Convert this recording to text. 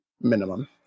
minimum